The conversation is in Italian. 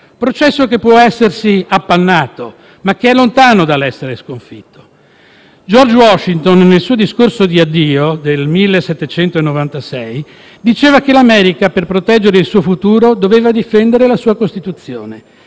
processo che può essersi appannato, ma che è lontano dall'essere sconfitto. George Washington nel suo discorso di addio del 1796 diceva che l'America, per proteggere il suo futuro, doveva difendere la sua Costituzione